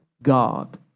God